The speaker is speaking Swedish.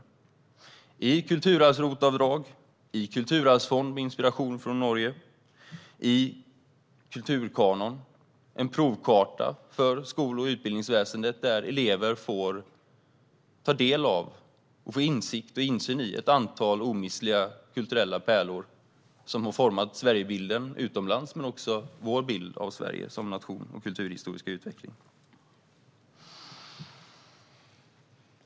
Det handlar om ett kulturarvs-ROT-avdrag, en kulturarvsfond med inspiration från Norge och en kulturkanon. Det senare är en provkarta för skol och utbildningsväsendet där elever får ta del av och får insikt om och insyn i ett antal omistliga kulturella pärlor som har format Sverigebilden utomlands men också vår egen bild av Sverige som nation och kulturhistoriska utveckling.